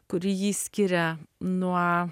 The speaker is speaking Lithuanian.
kuri jį skiria nuo